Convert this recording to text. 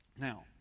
Now